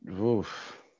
oof